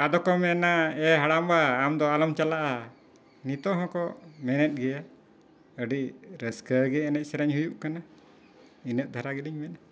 ᱟᱫᱚ ᱠᱚ ᱢᱮᱱᱟ ᱮ ᱦᱟᱲᱟᱢᱵᱟ ᱟᱢ ᱫᱚ ᱟᱞᱚᱢ ᱪᱟᱞᱟᱜᱼᱟ ᱱᱤᱛᱳᱜ ᱦᱚᱸᱠᱚ ᱢᱮᱱᱮᱫ ᱜᱮᱭᱟ ᱟᱹᱰᱤ ᱨᱟᱹᱥᱠᱟᱹ ᱜᱮ ᱮᱱᱮᱡ ᱥᱮᱨᱮᱧ ᱦᱩᱭᱩᱜ ᱠᱟᱱᱟ ᱤᱱᱟᱹᱜ ᱫᱷᱟᱨᱟ ᱜᱤᱞᱤᱧ ᱢᱮᱱᱟ